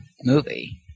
movie